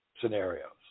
scenarios